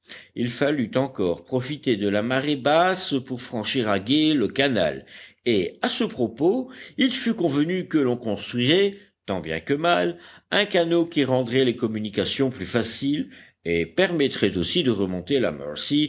il fallut encore profiter de la marée basse pour franchir à gué le canal et à ce propos il fut convenu que l'on construirait tant bien que mal un canot qui rendrait les communications plus faciles et permettrait aussi de remonter la